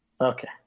okay